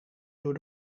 door